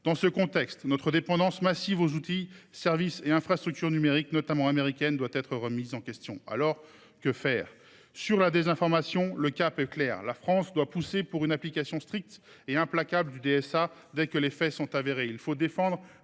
Dans ce contexte, notre large dépendance aux outils, services et infrastructures numériques, notamment américains, doit être remise en cause. Alors, que faire ? Sur la désinformation, le cap est clair : la France doit pousser l’Europe à appliquer de manière stricte, rapide et implacable le DSA, dès que les faits sont avérés.